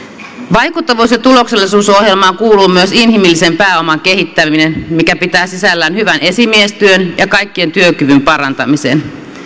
vaikuttavuus ja tuloksellisuusohjelmaan kuuluu myös inhimillisen pääoman kehittäminen mikä pitää sisällään hyvän esimiestyön ja kaikkien työkyvyn parantamisen